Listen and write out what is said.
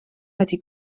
wedi